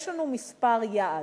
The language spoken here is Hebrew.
יש לנו מספר יעד.